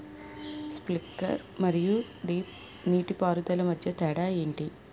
Sprinkler మరియు drip నీటిపారుదల మధ్య తేడాలు ఏంటి?